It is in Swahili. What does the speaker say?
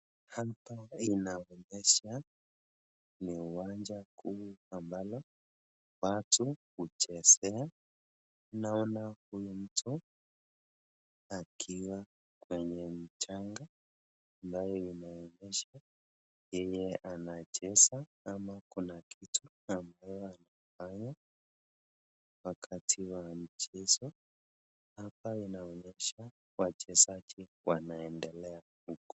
Hapa inaonyesha ni uwanja kuu ambalo watu huchezea, tunaona huyu mtu akiwa kwenye mchanga ambayo imeegeshwa, yeye anacheza ama kuna kitu ambaye anafanya wakati wa wa mchezo, hapa inaonyesha wachezaji wanaendelea huko.